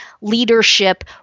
leadership